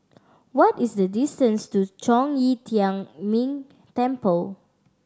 what is the distance to Zhong Yi Tian Ming Temple